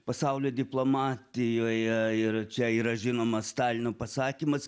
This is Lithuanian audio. pasaulio diplomatijoje ir čia yra žinomas stalino pasakymas